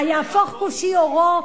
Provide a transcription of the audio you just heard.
היהפוך כושי עורו,